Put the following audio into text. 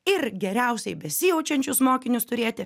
ir geriausiai besijaučiančius mokinius turėti